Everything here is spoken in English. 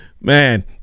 Man